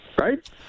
right